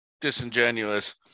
disingenuous